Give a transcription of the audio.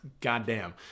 goddamn